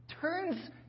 turns